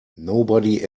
nobody